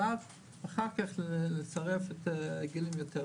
ורק אחר כך לצרף את הגילאים היותר